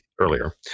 earlier